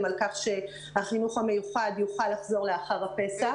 על כך שהחינוך המיוחד יוכל לחזור לאחר הפסח.